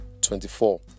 24